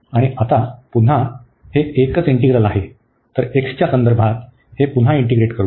आणि आता पुन्हा हे एकच इंटीग्रल आहे तर x च्या संदर्भात हे पुन्हा इंटीग्रेट करू